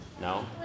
No